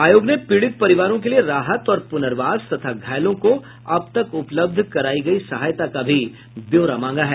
आयोग ने पीड़ित परिवारों के लिए राहत और पुर्नवास तथा घायलों को अब तक उपलब्ध करायी गयी सहायता का भी ब्यौरा मांगा है